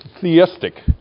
theistic